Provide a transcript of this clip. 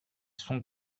sont